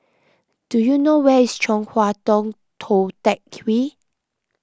do you know where is Chong Hua Tong Tou Teck Hwee